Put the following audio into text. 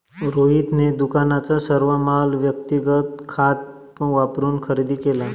रोहितने दुकानाचा सर्व माल व्यक्तिगत खात वापरून खरेदी केला